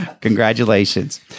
Congratulations